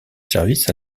service